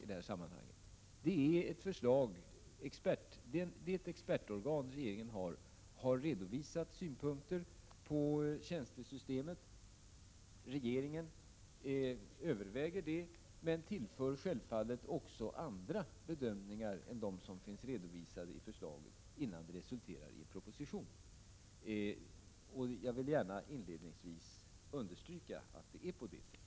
Regeringens expertorgan på detta område har redovisat synpunkter på tjänstesystemet. Regeringen överväger dessa synpunkter men inhämtar givetvis även andra synpunkter än de som finns redovisade i förslaget, innan detta resulterar i en proposition. Jag har inledningsvis i detta anförande gärna velat understryka att det förhåller sig på det sättet.